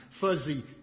fuzzy